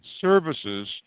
services